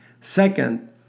Second